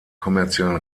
kommerziellen